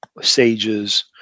sages